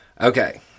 Okay